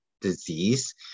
disease